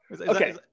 Okay